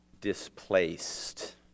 displaced